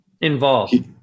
involved